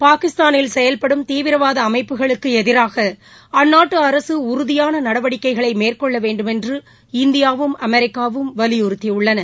பாகிஸ்தானில் செயல்படும் தீவிரவாத அமைப்புகளுக்கு எதிராக அந்நாட்டு அரசு உறுதியான நடவடிக்கைகளை மேற்கொள்ள வேண்டும் என்று இந்தியாவும் அமெரிக்காவும் வலியுறுத்தியுள்ளன